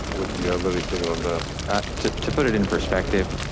would you have anything on that? to to put it in perspective,